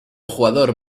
jugador